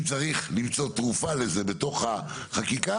אם צריך למצוא תרופה לזה בתוך החקיקה,